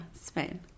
Spain